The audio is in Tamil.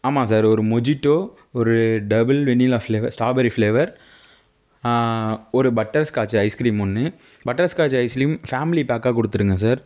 ஆமாம் சார் ஒரு மொஜிடோ ஒரு double vanilla flavour strawberry flavour ஒரு பட்டர்ஸ்காட்ச் ஐஸ்கிரீம் ஒன்று பட்டர்ஸ்காட்ச் ஐஸ்கிரீம் ஃபேமிலி பேக்காக கொடுத்துடுங்க சார்